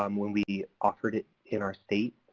um when we offered it in our state.